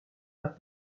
pas